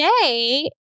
today